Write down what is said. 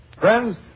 Friends